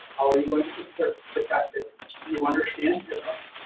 how are you going to protect protect it? do you understand hipaa